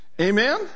Amen